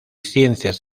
ciencias